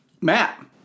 Matt